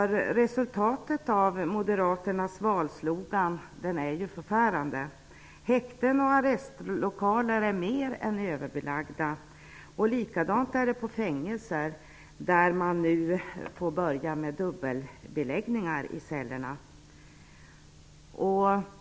Resultatet av Moderaternas valslogan är förfärande. Häkten och arrestlokaler är mer än överbelagda. Och det är likadant på fängelser, där man nu har fått börja med dubbelbeläggning i cellerna.